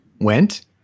went